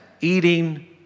eating